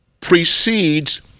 precedes